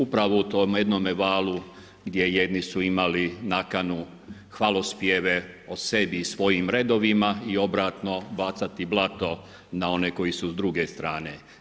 Upravo u tome jednome valu gdje jedni su imali nakanu hvalospjeve o sebi i svojim redovima i obratno bacati blato na one koji su s druge strane.